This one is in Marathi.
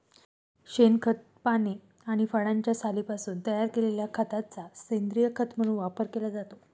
शेणखत, पाने आणि फळांच्या सालींपासून तयार केलेल्या खताचा सेंद्रीय खत म्हणून वापर केला जातो